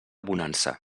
bonança